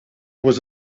was